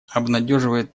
обнадеживает